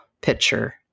picture